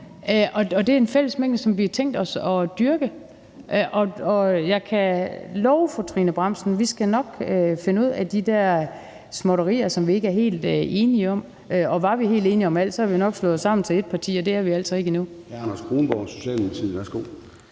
og det er en fællesmængde, som vi har tænkt os at dyrke. Jeg kan love fru Trine Bramsen, at vi skal nok finde ud af de der småtterier, som vi ikke er helt enige om. Og var vi helt enige om alt, havde vi nok slået os sammen til et parti, og det er vi altså ikke endnu.